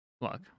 Look